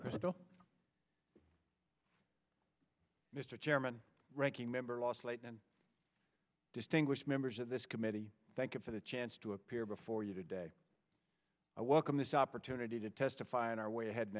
mcchrystal mr chairman ranking member last late and distinguished members of this committee thank you for the chance to appear before you today i welcome this opportunity to testify in our way ahead